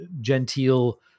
genteel